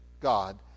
God